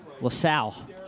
LaSalle